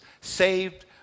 saved